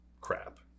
crap